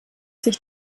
sich